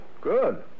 Good